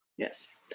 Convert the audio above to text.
Yes